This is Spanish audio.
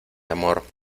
amor